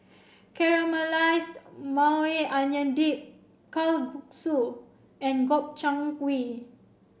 Caramelized Maui Onion Dip Kalguksu and Gobchang Gui